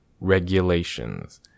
regulations